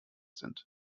sind